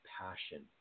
passion